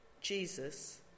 jesus